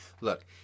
look